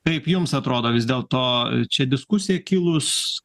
kaip jums atrodo vis dėl to čia diskusija kilus